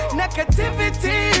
negativity